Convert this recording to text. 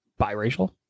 biracial